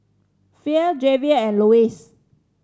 Fae Javier and Louie